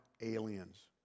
aliens